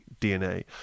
DNA